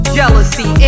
Jealousy